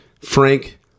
Frank